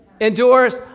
Endures